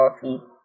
coffee